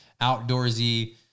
outdoorsy